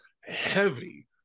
heavy